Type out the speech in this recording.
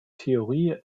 theorie